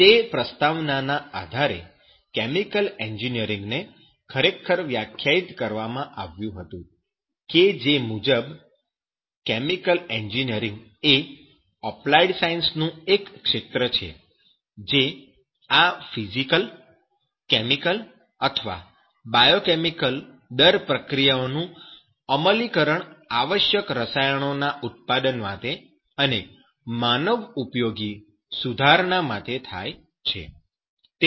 તે પ્રસ્તાવનાના આધારે કેમિકલ એન્જિનિયરીંગને ખરેખર વ્યાખ્યાયિત કરવામાં આવ્યુ હતું કે જે મુજબ કેમિકલ એન્જિનિયરીંગ એ અપ્લાઈડ સાયન્સ નું એક ક્ષેત્ર છે જે આ ફિઝિકલ કેમિકલ અથવા બાયો કેમિકલ દર પ્રક્રિયાઓ નું અમલીકરણ આવશ્યક રસાયણોના ઉત્પાદન માટે અને માનવ ઉપયોગી સુધારણા માટે થાય છે